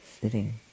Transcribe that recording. sitting